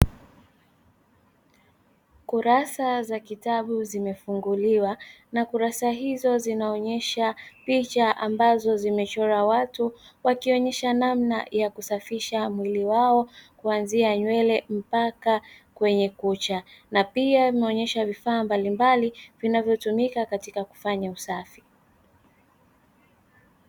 Kurasa za kitabu zimefunguliwa na kurasa hizo zinaonyesha picha ambazo zimechora watu; wakionyesha namna ya kusafisha mwili wao kuanzia nywele mpaka kwenye kucha, na pia imeonyesha vifaa mbalimbali vinavyotumika katika kufanya usafi.